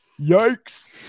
yikes